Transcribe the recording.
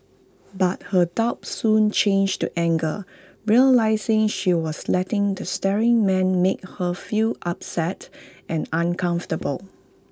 but her doubt soon changed to anger realising she was letting the staring man make her feel upset and uncomfortable